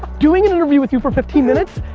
doing an interview with you for fifteen minutes,